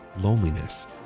loneliness